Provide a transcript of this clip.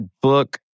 book